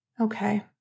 Okay